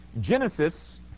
Genesis